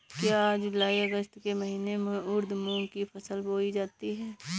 क्या जूलाई अगस्त के महीने में उर्द मूंग की फसल बोई जाती है?